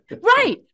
right